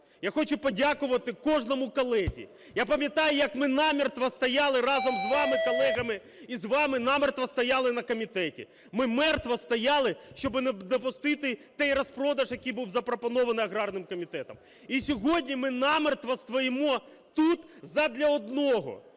я хочу подякувати кожному колезі. Я пам'ятаю, як ми намертво стояли разом з вами, колегами, і з вами намертво стояли на комітеті. Ми мертво стояли, щоб не допустити той розпродаж, який був запропонований аграрним комітетом. І сьогодні ми намертво стоїмо тут задля одного: